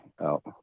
out